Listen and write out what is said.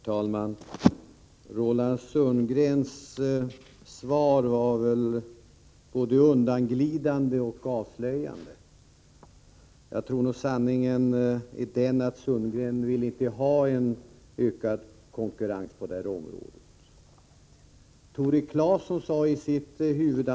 Herr talman! Jag tycker att Roland Sundgren och utskottet använder en underlig formulering i betänkandet. I utskottsmajoritetens skrivning talas det om att göra bedömningar av ”politisk natur”.